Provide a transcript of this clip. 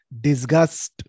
disgust